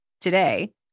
today